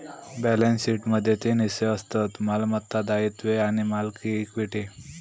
balance शीटमध्ये तीन हिस्से असतत मालमत्ता, दायित्वे आणि मालकी इक्विटी